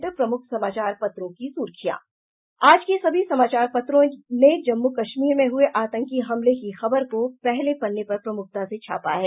अब पटना से प्रकाशित प्रमुख समाचार पत्रों की सुर्खियां आज के सभी समाचार पत्रों ने जम्मू कश्मीर में हुए आतंकी हमले की खबर को पहले पन्ने पर प्रमुखता से छापा है